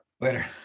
Later